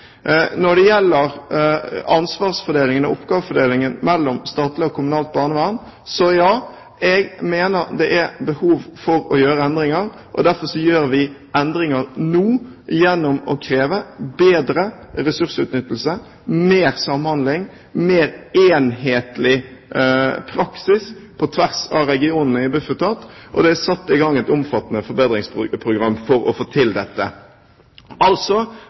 Når det gjelder ansvarsfordelingen og oppgavefordelingen mellom statlig og kommunalt barnevern: Ja, jeg mener det er behov for å gjøre endringer, og derfor gjør vi nå endringer gjennom å kreve bedre ressursutnyttelse, mer samhandling og mer enhetlig praksis på tvers av regionene i Bufetat. Det er satt i gang et omfattende forbedringsprogram for å få til dette. Altså: